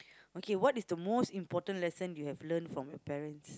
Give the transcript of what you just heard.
okay what is the most important lesson you have learnt from your parents